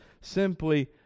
simply